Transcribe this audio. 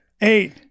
Eight